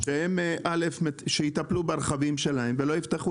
החברות יטפלו ברכבים שלהן ולא יפתחו